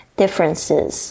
differences